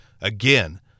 Again